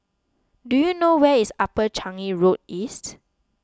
do you know where is Upper Changi Road East